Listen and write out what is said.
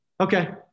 okay